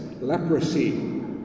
leprosy